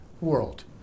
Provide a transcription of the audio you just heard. world